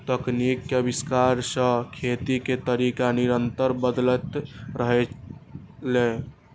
तकनीक के आविष्कार सं खेती के तरीका निरंतर बदलैत रहलैए